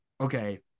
okay